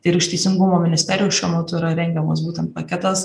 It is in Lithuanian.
ir iš teisingumo ministerijos šiuo metu yra rengiamas būtent paketas